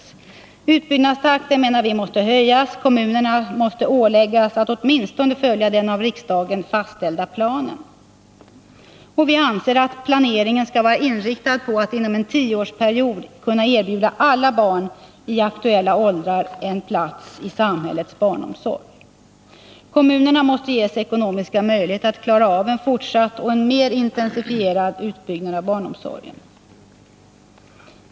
Vi menar att utbyggnadstakten måste höjas och att kommunerna måste åläggas att åtminstone följa den av riksdagen fastställda planen. Vi anser att planeringen skall vara inriktad på att inom en tioårsperiod kunna erbjuda alla barn i aktuella åldrar en plats i samhällets barnomsorg. Kommunerna måste ges ekonomiska möjligheter att klara av en fortsatt och mer intensifierad utbyggnad av barnomsorgen.